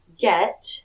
get